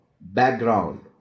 background